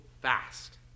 fast